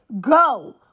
Go